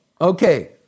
okay